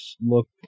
look